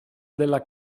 della